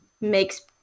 makes